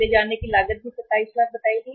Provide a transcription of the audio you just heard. ले जाने की लागत भी 27 लाख बताई गई